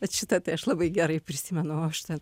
vat šitą tai aš labai gerai prisimenu aš ten